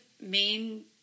main